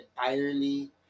entirely